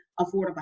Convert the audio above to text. affordable